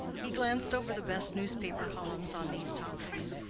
he glanced over the best newspaper columns on these topics,